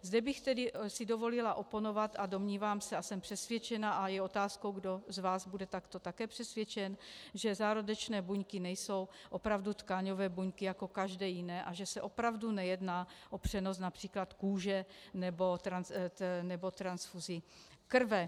Zde bych tedy si dovolila oponovat, a domnívám se a jsem přesvědčena, a je otázkou, kdo z vás bude takto také přesvědčen, že zárodečné buňky nejsou opravdu tkáňové buňky jako každé jiné a že se opravdu nejedná o přenos například kůže nebo transfuzi krve.